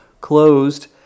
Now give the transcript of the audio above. Closed